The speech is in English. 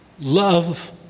love